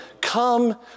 come